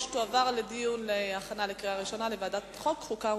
תועבר לדיון ולהכנה לקריאה ראשונה בוועדת החוקה,